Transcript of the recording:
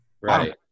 Right